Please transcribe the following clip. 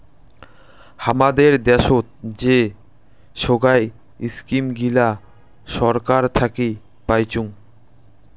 হামাদের দ্যাশোত যে সোগায় ইস্কিম গিলা ছরকার থাকি পাইচুঙ